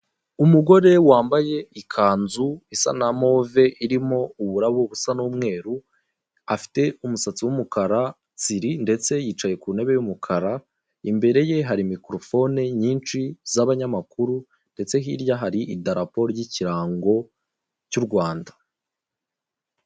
Umugore wambaye ikanzu isa na move, irimo uburabo busa n'umweru, afite umusatsi w'umukara tsiri, ndetse yicaye ku ntebe y'umukara, imbere ye hari mikorofone nyinshi z'abanyamakuru, ndetse hirya hari idarapo ry'ikirango cy'u Rwanda.